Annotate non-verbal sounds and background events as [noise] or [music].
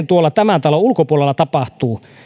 [unintelligible] tuolla tämän talon ulkopuolella tapahtuu